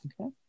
Okay